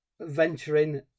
venturing